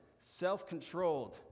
self-controlled